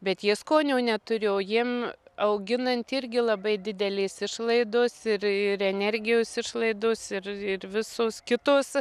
bet jie skonio neturiu o jiem auginant irgi labai didelės išlaidos ir ir energijos išlaidos ir ir visos kitos